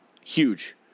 huge